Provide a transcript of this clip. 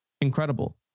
incredible